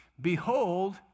Behold